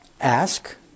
ask